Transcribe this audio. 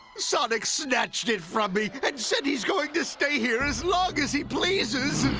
sonic snatched it from me and said he's going to stay here as long as he pleases.